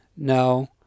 no